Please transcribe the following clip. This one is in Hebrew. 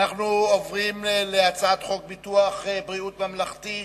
עוברים להצעת חוק ביטוח בריאות ממלכתי